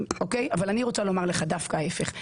אבל אני רוצה לומר לך דווקא ההפך.